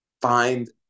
find